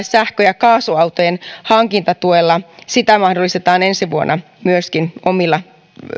sähkö ja kaasuautojen hankintatuella mahdollistetaan ensi vuonna myöskin omilla